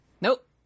nope